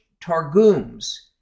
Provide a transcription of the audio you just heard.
targums